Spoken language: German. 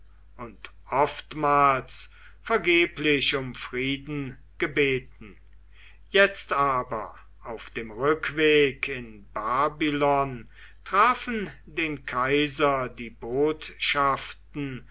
und oftmals vergeblich um frieden gebeten jetzt aber auf dem rückweg in babylon trafen den kaiser die botschaften